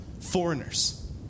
Foreigners